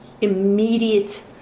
immediate